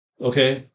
okay